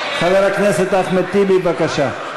חבר הכנסת אחמד טיבי, בבקשה.